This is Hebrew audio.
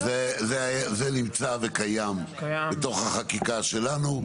אבל זה נמצא וקיים בתוך החקיקה שלנו,